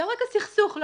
זה על רקע סכסוך פלילי,